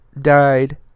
died